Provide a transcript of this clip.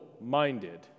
minded